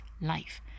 life